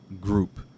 group